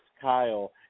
Kyle